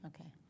Okay